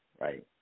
right